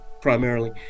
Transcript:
primarily